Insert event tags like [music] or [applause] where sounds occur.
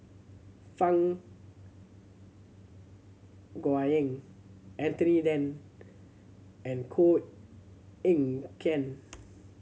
Fang [unintelligible] Anthony Then and Koh Eng Kian